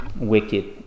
wicked